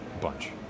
bunch